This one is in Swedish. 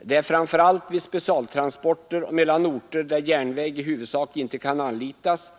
De längre ekipagen förekommer framför allt för specialtransporter mellan orter där järnväg inte kan anlitas.